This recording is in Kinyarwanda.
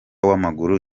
w’amaguru